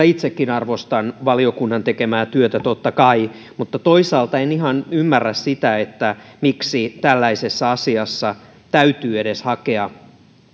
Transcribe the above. itsekin arvostan valiokunnan tekemää työtä totta kai mutta toisaalta en ihan ymmärrä sitä miksi tällaisessa asiassa täytyy edes hakea